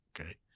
Okay